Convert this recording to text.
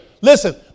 Listen